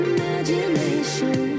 Imagination